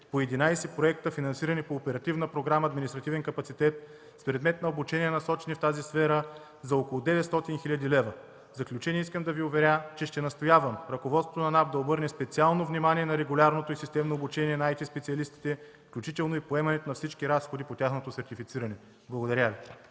по 11 проекта, финансирани по Оперативна програма „Административен капацитет” с предмет на обучение, насочени в тази сфера, за около 900 хил. лв. В заключение искам да Ви уверя, че ще настоявам ръководството на НАП да обърне специално внимание на регулярното и системно обучение на IT-специалистите, включително и поемането на всички разходи по тяхното сертифициране. Благодаря Ви.